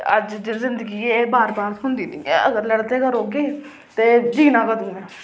अज्ज एह् जिंदगी बार बार थ्होनी निं ऐ अगर लड़दे गै रौह्गे ते जीना कदूं ऐ